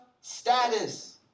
status